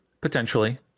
Potentially